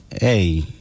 hey